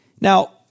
Now